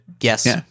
Yes